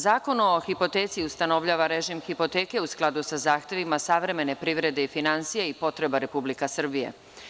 Zakon o hipoteci ustanovljava režim hipoteke u skladu sa zahtevima savremene privrede i finansija i potreba Republike Srbije.